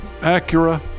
Acura